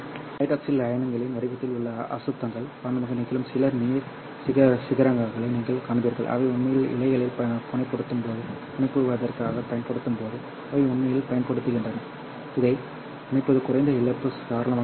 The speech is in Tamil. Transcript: ஹைட்ராக்ஸில் அயனிகளின் வடிவத்தில் உள்ள அசுத்தங்கள் காரணமாக நிகழும் சில நீர் சிகரங்களையும் நீங்கள் காண்பீர்கள் அவை உண்மையில் இழைகள் புனையப்படும்போது புனையப்படுவதற்குப் பயன்படுத்தப்படும்போது அவை உண்மையில் பயன்படுத்தப்படுகின்றன இதை இணைப்பது குறைந்த இழப்பு சாளரமாக இருக்கும்